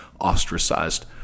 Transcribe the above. ostracized